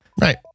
Right